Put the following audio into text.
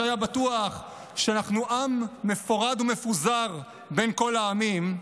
שהיה בטוח שאנחנו עם מפורד ומפוזר בין כל העמים,